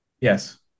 Yes